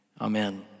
amen